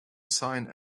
sign